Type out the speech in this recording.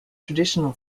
traditional